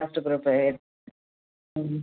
hostel போகறப்பயே எடு ம்